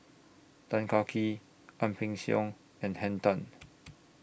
Tan Kah Kee Ang Peng Siong and Henn Tan